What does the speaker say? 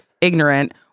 ignorant